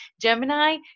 Gemini